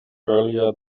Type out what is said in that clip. earlier